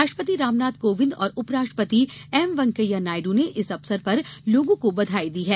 राष्ट्रपति रामनाथ कोविन्द और उपराष्ट्रपति एम वैंकेया नायडू ने इस अवसर पर लोगों को बधाई दी है